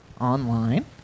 online